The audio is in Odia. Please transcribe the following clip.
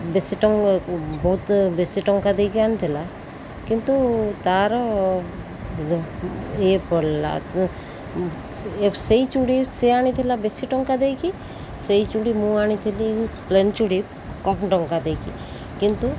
ବେଶୀ ବହୁତ ବେଶୀ ଟଙ୍କା ଦେଇକି ଆଣିଥିଲା କିନ୍ତୁ ତା'ର ଇଏ ପଡ଼ିଲା ସେହି ଚୁଡ଼ି ସେ ଆଣିଥିଲା ବେଶୀ ଟଙ୍କା ଦେଇକି ସେହି ଚୁଡ଼ି ମୁଁ ଆଣିଥିଲି ପ୍ଲେନ୍ ଚୁଡ଼ି କମ୍ ଟଙ୍କା ଦେଇକି କିନ୍ତୁ